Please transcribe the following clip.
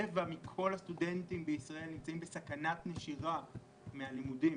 רבע מכל הסטודנטים בישראל נמצאים בסכנת נשירה מהלימודים.